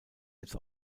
jetzt